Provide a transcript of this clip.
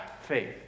faith